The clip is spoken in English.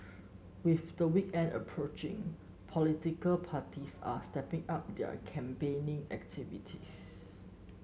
with the weekend approaching political parties are stepping up their campaigning activities